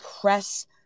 press